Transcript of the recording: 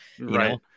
right